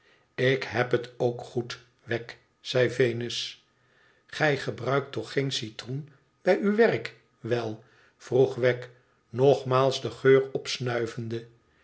tik heb het ook goed wegg zei venus gij gebruikt toch geen citroen bij uw werk wel vroeg wegg nogmaals den geur opsnuivende